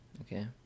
okay